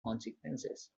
consequences